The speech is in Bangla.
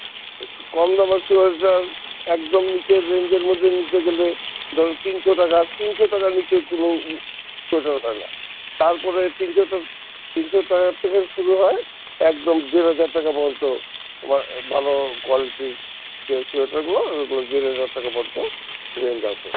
কম দামের ছিলো এটা একদম নিচের রেঞ্জের মধ্যে নিতে গেলে ধরেন তিনশো টাকা তিনশো টাকার নিচের কোনো সোয়েটার হয় না তারপরে তিনশো চারশো তিনশো টাকার থেকে শুরু হয় একদম দেড় হাজার টাকা পর্যন্ত আবার এই ভালো কোয়ালিটির যে সোয়েটারগুলো ওগুলো দেড় হাজার টাকার পর্যন্ত রেঞ্জ আসে